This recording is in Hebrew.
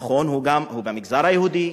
נכון, הוא במגזר היהודי,